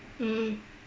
mm